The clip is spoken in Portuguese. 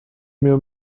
meu